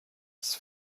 his